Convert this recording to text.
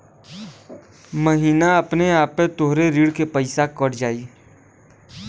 महीना अपने आपे तोहरे ऋण के पइसा कट जाई